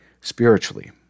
spiritually